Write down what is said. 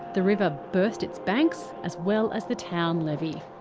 the river burst its banks as well as the town levy.